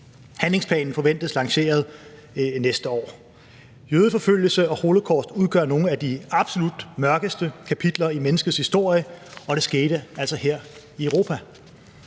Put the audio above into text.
Handlingsplanen forventes lanceret næste år. Jødeforfølgelse og holocaust udgør nogle af de absolut mørkeste kapitler i menneskets historie, og det skete altså her i Europa.